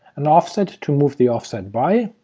an offset to move the offset by,